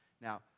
Now